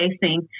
facing